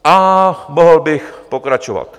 A mohl bych pokračovat.